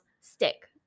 stick